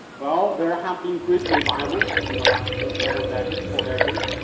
well there have been great revivals in the last several decades, four decades